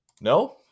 No